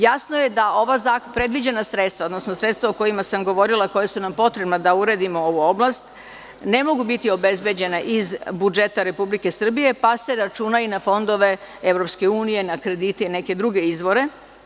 Jasno je da ova predviđena sredstva, odnosno sredstva o kojima sam govorila koja su nam potrebna da uredimo ovu oblast, ne mogu biti obezbeđena iz budžeta Republike Srbije, pa se računa i na fondove EU, na kredite i neke druge izvore.